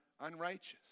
unrighteous